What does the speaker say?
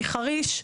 מחריש,